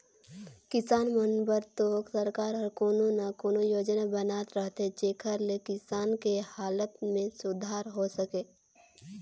किसान मन बर तो सरकार हर कोनो न कोनो योजना बनात रहथे जेखर ले किसान के हालत में सुधार हो सके